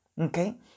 okay